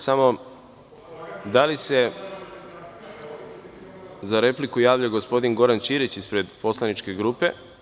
Samo, da li se za repliku javlja gospodin Goran Ćirić ispred poslaničke grupe?